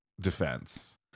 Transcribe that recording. defense